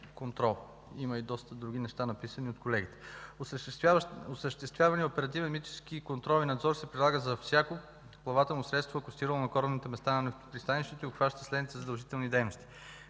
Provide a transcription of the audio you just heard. Има и доста други неща, написани от колегите. Осъществяваният оперативен митнически и контролен надзор се прилага за всяко плавателно средство, акостирало на корабните места на нефтопристанището и обхваща следните задължителни дейности: